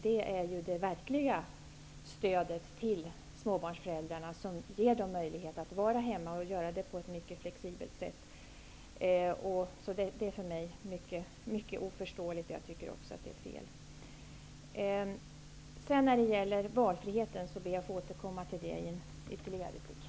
Det är ju det verkliga stödet till småbarnsföräldrarna, som ger dem möjlighet att vara hemma, på ett mycket flexibelt sätt. Det är alltså för mig mycket oförståeligt, och jag tycker att det är fel. Jag ber att få återkomma till valfriheten i nästa replik.